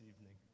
evening